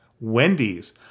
Wendy's